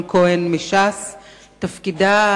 התשס"ט 2009,